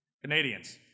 Canadians